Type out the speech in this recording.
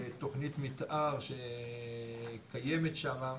תכנית מתאר שקיימת שם,